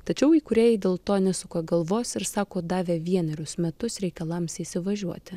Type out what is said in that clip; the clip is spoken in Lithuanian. tačiau įkūrėjai dėl to nesuka galvos ir sako davė vienerius metus reikalams įsivažiuoti